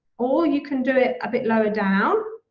or you can do it a bit lower down.